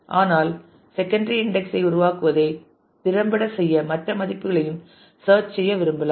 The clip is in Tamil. ஆனால் செகண்டரி இன்டெக்ஸ் ஐ உருவாக்குவதை திறம்பட செய்ய மற்ற மதிப்புகளையும் சேர்ச் செய்ய விரும்பலாம்